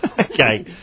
Okay